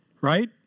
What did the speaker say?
right